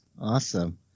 Awesome